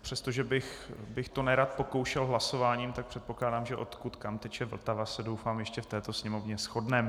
Přestože bych to nerad pokoušel hlasováním, tak předpokládám, že na tom, odkud kam teče Vltava, se doufám ještě v této sněmovně shodneme.